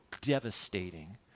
devastating